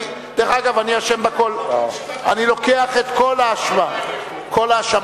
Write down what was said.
דרך אגב, אני אשם בכול, אני לוקח את כל האשמה עלי.